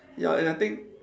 ya and I think